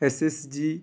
S S G